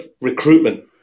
recruitment